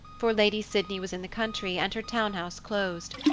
for lady sydney was in the country and her townhouse closed.